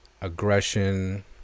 aggression